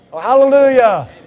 Hallelujah